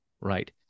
Right